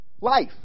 Life